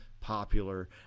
popular